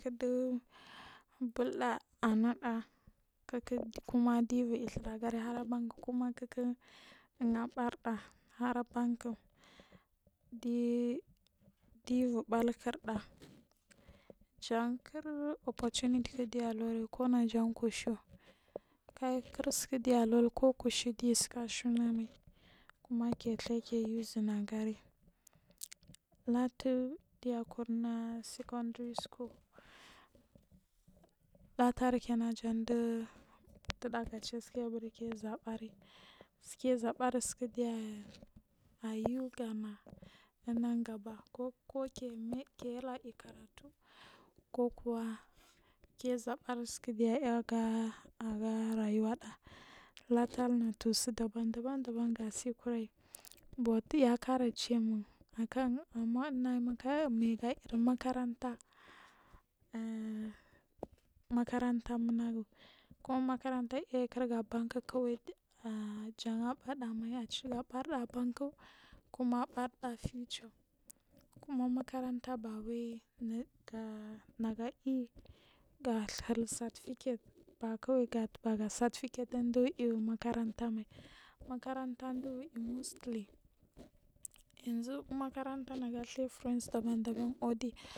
Kidu bulda anada kuku duyu iviri yu thur duri abanku kuma ungu abarda hara banku duyu vuri barkurda jankur opportunity diyu ulari konajan kushu kal kul suku diyu ulari ko najagu kushu diyu suka shunmal kuma kiyu ki using agari latu diyu akuna secondary school latari kina janu dudaga chuskayu aburi kigabari kizabar suku diya ayu gamil nangaba ko ki mai ali karatu kokuwa ki zabari suku diyu ga rayuwa da latari su daban daban gasi kurayu but ya kara chiyimun akan naya miga yiri makaranta ah makaranta munagu kuma makaranta yu aga abankuku ah jangu abada mai niyu chugabana banku kuma abarda future kuma makaranta bawal nuraga nagu ayiyi gara hur certificate bakawal gutabari certificatu du vuri mul makaranta mai makaranta mduvuri mostly yanzu umakaranta nagu yanzu friends daban daban cuwu wodi.